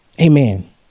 Amen